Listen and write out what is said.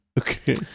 Okay